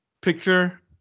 picture